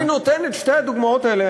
אני נותן את שתי הדוגמאות האלה,